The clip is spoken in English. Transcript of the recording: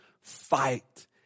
fight